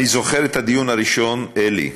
אני זוכר את הדיון הראשון, אלי,